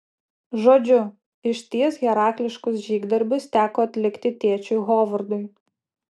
žodžiu išties herakliškus žygdarbius teko atlikti tėčiui hovardui